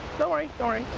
don't worry, don't worry.